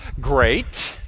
great